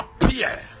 appear